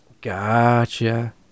Gotcha